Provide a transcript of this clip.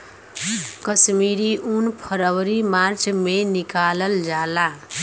कश्मीरी उन फरवरी मार्च में निकालल जाला